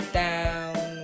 down